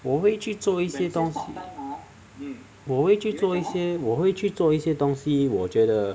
我会去做一些东西我会去做一些我会去做一些东西我觉得